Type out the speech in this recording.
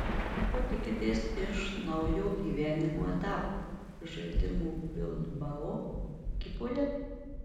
ko tikitės iš naujo gyvenimo etapo žaidimo bilbao ekipoje